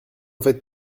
faites